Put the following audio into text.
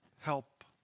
help